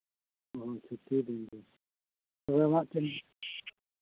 ᱚᱻ ᱪᱷᱩᱴᱤ ᱫᱤᱱ ᱨᱮ ᱦᱮᱸ ᱦᱟᱸᱜ ᱠᱷᱟᱱ